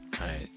Right